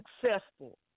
successful